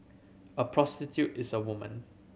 a prostitute is a woman